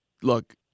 look